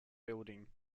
building